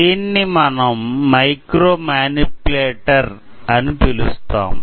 దీన్ని మనం micro manipulator అని పిలుస్తాము